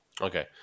Okay